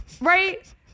right